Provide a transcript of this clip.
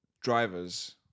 drivers